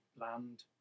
land